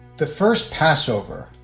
the first passover